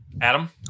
adam